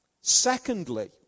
Secondly